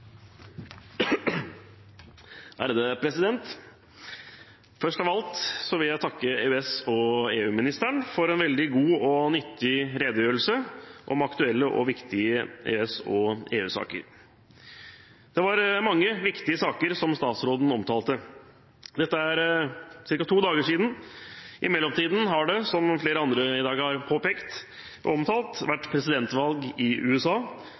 Først av alt vil jeg takke EØS- og EU-ministeren for en veldig god og nyttig redegjørelse om aktuelle og viktige EØS- og EU-saker. Det var mange viktige saker som statsråden omtalte. Dette er cirka to dager siden. I mellomtiden har det, som flere andre i dag har påpekt og omtalt, vært presidentvalg i USA,